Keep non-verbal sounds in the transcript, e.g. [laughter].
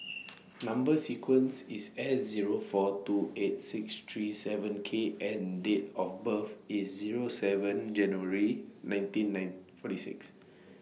[noise] Number sequence IS S Zero four two eight six three seven K and Date of birth IS Zero seven January nineteen nine forty six